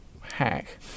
hack